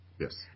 Yes